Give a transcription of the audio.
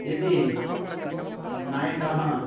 यदि नायकाः